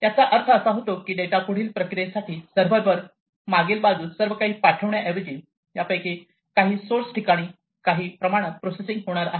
याचा अर्थ असा की डेटा पुढील प्रक्रियेसाठी सर्व्हरवर मागील बाजूस सर्व काही पाठविण्याऐवजी यापैकी काही सोर्स ठिकाणी काही प्रमाणात प्रोसेसिंग होणार आहे